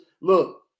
Look